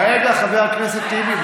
רגע, חבר הכנסת טיבי.